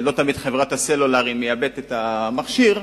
לא תמיד חברת הסלולר מייבאת את המכשיר,